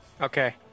Okay